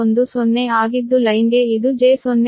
10 ಆಗಿದ್ದು ಲೈನ್ಗೆ ಇದು j0